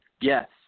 Yes